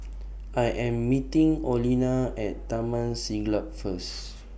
I Am meeting Olena At Taman Siglap First